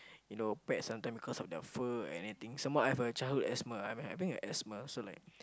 you know pets something because of their fur or anything some more I have a childhood asthma I'm having asthma so like